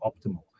optimal